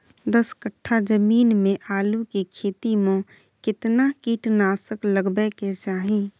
दस कट्ठा जमीन में आलू के खेती म केतना कीट नासक लगबै के चाही?